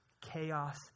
chaos